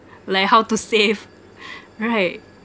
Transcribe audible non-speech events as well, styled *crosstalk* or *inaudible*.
like how to save *laughs* right